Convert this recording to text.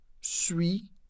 suis